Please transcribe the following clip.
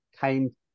came